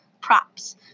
Props